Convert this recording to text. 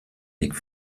league